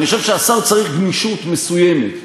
אני חושב שהשר צריך גמישות מסוימת,